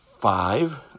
five